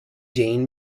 jane